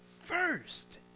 first